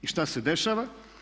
I šta se dešava?